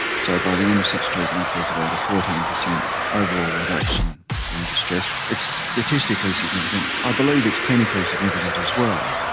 so by the end of six treatments there is about a fourteen percent overall reduction in distress. it's statistically significant i believe it's clinically significant as well.